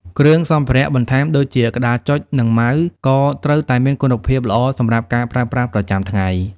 គ្រឿងសម្ភារៈបន្ថែមដូចជាក្តារចុចនិង mouseក៏ត្រូវតែមានគុណភាពល្អសម្រាប់ការប្រើប្រាស់ប្រចាំថ្ងៃ។